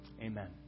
Amen